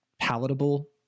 palatable